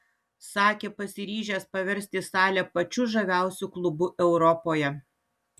sakė pasiryžęs paversti salę pačiu žaviausiu klubu europoje